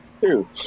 two